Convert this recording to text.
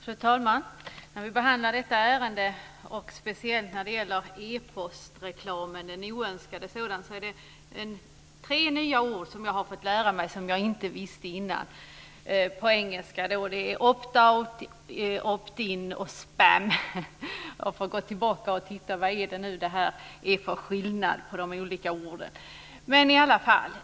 Fru talman! När vi behandlar detta ärende och speciellt när det gäller e-post reklamen, oönskad sådan, är det tre nya ord som jag fått lära mig och som jag inte visste innan. Det är opt-out, opt-in och spamming. Jag får gå tillbaka och se vad det är för skillnad på de olika orden.